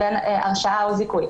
בין אם הרשעה ובין אם זיכוי.